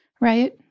right